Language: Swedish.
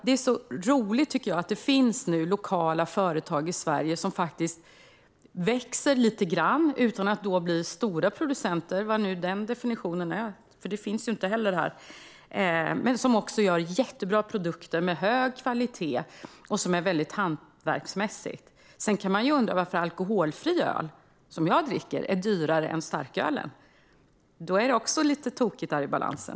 Det är så roligt att det nu finns lokala företag i Sverige som växer lite grann utan att bli stora producenter - vad nu den definitionen är - som gör jättebra hantverksmässiga produkter med hög kvalitet. Sedan kan man undra varför alkoholfri öl, som jag dricker, är dyrare än starkölen. Det är också lite tokigt i balansen.